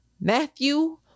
Matthew